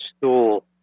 stool